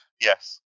Yes